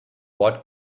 what